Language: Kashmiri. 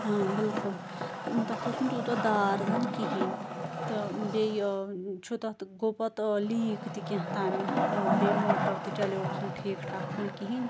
ٲں بلکل تَتھ اوس نہٕ تیٛوتاہ دار زَن کِہیٖنۍ تہٕ بیٚیہِ ٲں چھُ تَتھ گوٚو پَتہٕ ٲں لیٖک تہِ کیٚنٛہہ تامیٚتھ ٲں بیٚیہِ موٹَر تہِ چَلیٛوُس نہٕ ٹھیٖک ٹھاکھ پٲٹھۍ کِہیٖنۍ